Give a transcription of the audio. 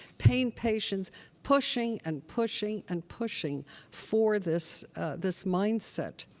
pain patients pushing and pushing and pushing for this this mindset.